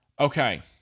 Okay